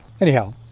anyhow